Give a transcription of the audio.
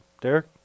Derek